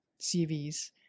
CVs